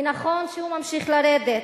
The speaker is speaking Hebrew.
ונכון שהוא ממשיך לרדת.